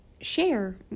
share